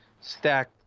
Stacked